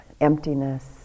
emptiness